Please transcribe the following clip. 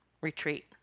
retreat